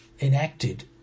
enacted